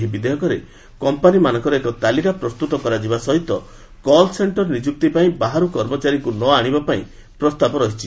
ଏହି ବିଧେୟକରେ କମ୍ପାନୀମାନଙ୍କର ଏକ ତାଲିକା ପ୍ରସ୍ତୁତ କରାଯିବା ସହିତ କଲ୍ସେକ୍ଟର ନିଯୁକ୍ତି ପାଇଁ ବାହାରୁ କର୍ମଚାରୀଙ୍କୁ ନ ଆଣିବା ପାଇଁ ପ୍ରସ୍ତାବ ରହିଛି